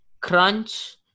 Crunch